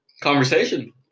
conversation